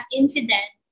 incident